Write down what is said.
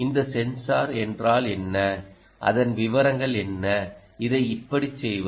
இந்த சென்சார் என்றால் என்ன அதன் விவரங்கள் என்ன இதை எப்படி செய்வது